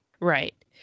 Right